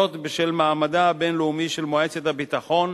בשל מעמדה הבין-לאומי של מועצת הביטחון